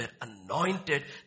anointed